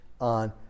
on